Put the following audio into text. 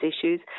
issues